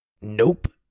Nope